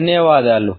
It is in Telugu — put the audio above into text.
ధన్యవాదాలు